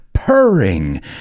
purring